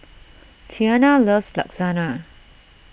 Tianna loves Lasagna